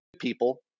people